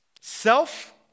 self